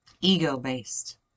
ego-based